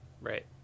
Right